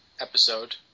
episode